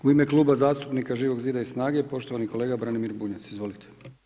U ime Kluba zastupnika Živog zida i SNAGA-e, poštovani kolega Branimir Bunjac, izvolite.